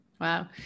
Wow